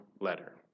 letter